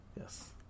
Yes